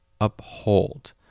uphold